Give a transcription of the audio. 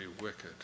wicked